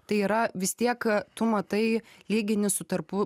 tai yra vis tiek tu matai lygini su tarpu